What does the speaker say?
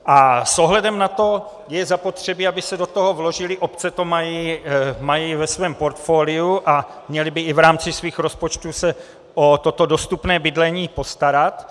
A s ohledem na to je zapotřebí, aby se do toho vložily obce, to mají ve svém portfoliu, a měly by i v rámci svých rozpočtů se o toto dostupné bydlení postarat.